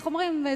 איך אומרים,